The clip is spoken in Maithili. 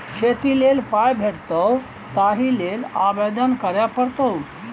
खेती लेल पाय भेटितौ ताहि लेल आवेदन करय पड़तौ